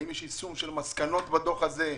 האם יש יישום של מסקנות הדוח הזה?